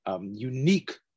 unique